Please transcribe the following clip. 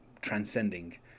transcending